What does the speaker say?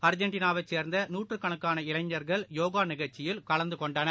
அர்ஜென்டினாவைச் சேர்ந்த நூற்றுக்கணக்கான இளைஞர்கள் யோகாநிகழ்ச்சியில் கலந்தகொண்டனர்